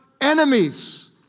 enemies